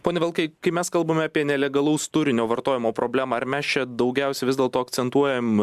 pone vilkai kai mes kalbame apie nelegalaus turinio vartojimo problemą ar mes čia daugiausiai vis dėlto akcentuojam